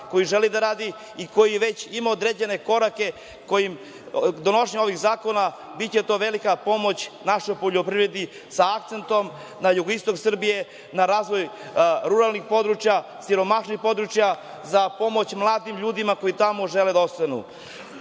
koji želi da radi i koji već ima određene korake u donošenju ovih zakona. Biće to velika pomoć našoj poljoprivredi sa akcentom na jugoistok Srbije, na razvoj ruralnih područja, siromašnih područja za pomoć mladim ljudima koji tamo žele da ostanu. Ovim